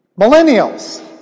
Millennials